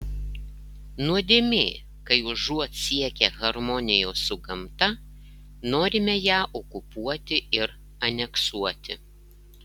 nuodėmė kai užuot siekę harmonijos su gamta norime ją okupuoti ir aneksuoti